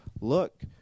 look